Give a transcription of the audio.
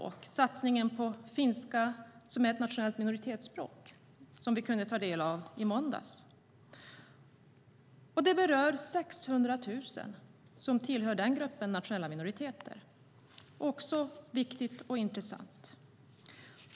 Det är satsningen på finska, som är ett nationellt minoritetsspråk, som vi kunde ta del av i måndags. Det berör 600 000, som tillhör den gruppen nationella minoriteter. Det är också viktigt och intressant.